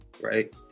right